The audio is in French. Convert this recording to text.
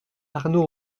arnaud